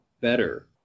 better